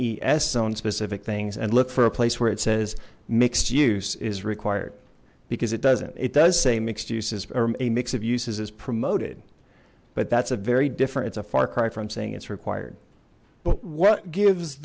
zone specific things and look for a place where it says mixed use is required because it doesn't it does say mixed uses a mix of uses is promoted but that's a very different it's a far cry from saying it's required but what gives